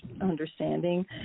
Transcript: understanding